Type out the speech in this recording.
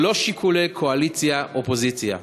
ללא שיקולי קואליציה אופוזיציה.